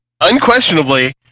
unquestionably